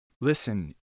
listen